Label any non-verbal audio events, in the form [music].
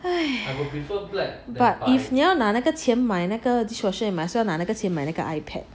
[noise] but if 你要拿那个钱买那个 dishwasher 也 might as well 拿那个钱买了个 ipad